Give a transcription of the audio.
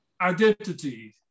identity